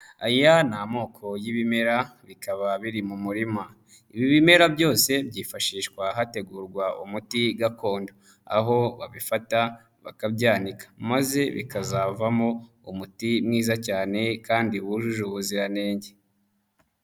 Aya ni amoko y'ibimera bikaba biri mu murima, ibi bimera byose byifashishwa hategurwa umuti gakondo, aho babifata bakabyanika maze bikazavamo umuti mwiza cyane kandi wujuje ubuziranenge.